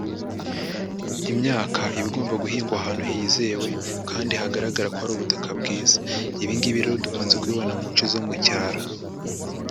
Imyaka iba igomba guhingwa ahantu hizewe kandi hagaragara ko hari ubutaka bwiza, ibi ngibi rero dukunze kubibona mu nce zo mu cyaro.